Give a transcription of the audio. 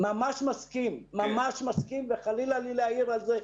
ממש מסכים וחלילה לי להעיר או להאיר על זה.